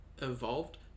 Evolved